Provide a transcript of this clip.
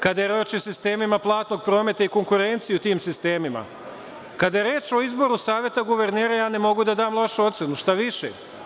Kada je reč o sistemima platnog prometa i konkurencije u tim sistemima, kada je reč o izboru Saveta guvernera, ja ne mogu da dam lošu ocenu, štaviše.